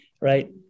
right